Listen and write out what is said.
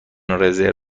رزرو